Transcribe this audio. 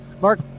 Mark